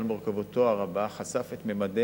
מקרה, זה על מורכבותו הרבה, חשף את ממדי